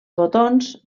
botons